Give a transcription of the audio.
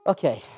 Okay